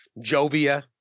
Jovia